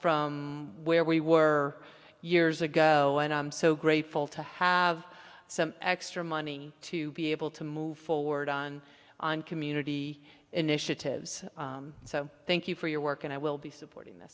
from where we were years ago and i'm so grateful to have some extra money to be able to move forward on on community initiatives so thank you for your work and i will be supporting th